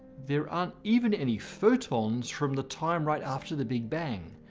there aren't even any photons from the time right after the big bang.